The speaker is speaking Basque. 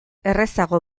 errazago